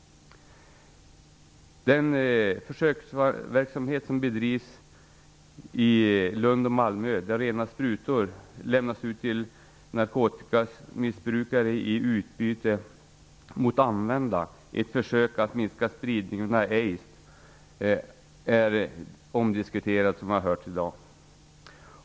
Den försöksverksamhet som bedrivs i Lund och Malmö, där rena sprutor lämnas ut till narkotikamissbrukare i utbyte mot använda i ett försök att minska spridningen av aids, är omdiskuterad, vilket vi har hört här i dag.